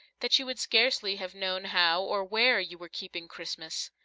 that you would scarcely have known how or where you were keeping christmas.